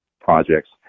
projects